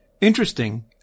Interesting